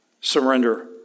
Surrender